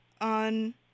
on –